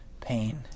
pain